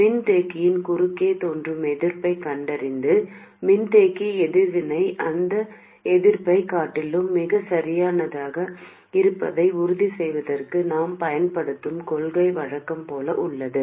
மின்தேக்கியின் குறுக்கே தோன்றும் எதிர்ப்பைக் கண்டறிந்து மின்தேக்கி எதிர்வினை அந்த எதிர்ப்பைக் காட்டிலும் மிகச் சிறியதாக இருப்பதை உறுதிசெய்வதற்கு நாம் பயன்படுத்தும் கொள்கை வழக்கம் போல் உள்ளது